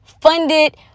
funded